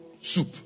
soup